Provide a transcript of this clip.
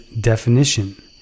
definition